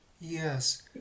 Yes